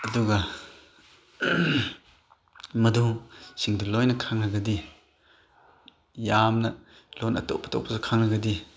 ꯑꯗꯨꯒ ꯃꯗꯨꯁꯤꯡꯗꯨ ꯂꯣꯏꯅ ꯈꯪꯉꯒꯗꯤ ꯌꯥꯝꯅ ꯂꯣꯟ ꯑꯇꯣꯞ ꯑꯇꯣꯞꯄꯁꯨ ꯈꯪꯉꯒꯗꯤ